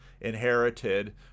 inherited